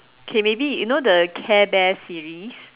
K maybe you know the care bear series